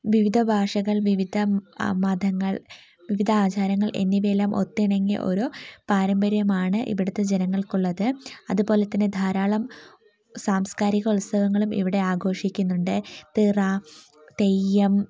വിവിധ ഭാഷകൾ വിവിധ മതങ്ങൾ വിവിധ ആചാരങ്ങൾ എന്നിവയെല്ലാം ഒത്തിണങ്ങിയ ഒരു പാരമ്പര്യമാണ് ഇവിടുത്തെ ജനങ്ങൾക്കുള്ളത് അതുപോലെത്തന്നെ ധാരാളം സാംസ്ക്കാരിക ഉത്സവങ്ങളും ഇവിടെ ആഘോഷിക്കുന്നുണ്ട് തിറ തെയ്യം